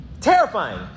Terrifying